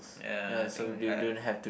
ya I think I